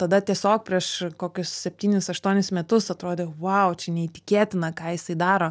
tada tiesiog prieš kokius septynis aštuonis metus atrodė vau čia neįtikėtina ką jisai daro